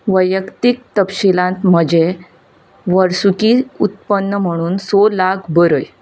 वैयक्तीक तपशीलांत म्हजें वर्सुकी उत्पन्न म्हणून स लाख बरय